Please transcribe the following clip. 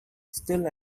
still